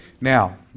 Now